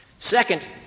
Second